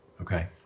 okay